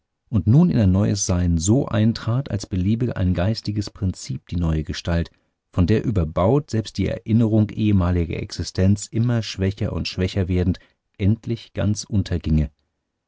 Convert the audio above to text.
und nun in ein neues sein so eintrat als belebe ein geistiges prinzip die neue gestalt von der überbaut selbst die erinnerung ehemaliger existenz immer schwächer und schwächer werdend endlich ganz unterginge